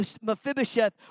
Mephibosheth